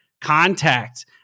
contact